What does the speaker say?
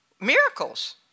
miracles